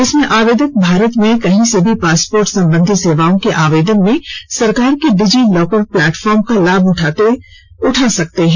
इसमें आवेदक भारत में कहीं से भी पासपोर्ट संबंधी सेवाओं के आवेदन में सरकार के डिजी लॉकर प्लेटफॉर्म का लाभ उठा सकते हैं